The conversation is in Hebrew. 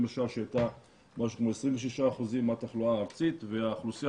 שהייתה משהו כמו 26% מהתחלואה הארצית והאוכלוסייה